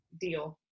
deal